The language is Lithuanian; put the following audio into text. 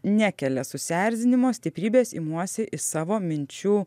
nekelia susierzinimo stiprybės imuosi iš savo minčių